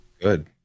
good